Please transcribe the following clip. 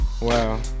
Wow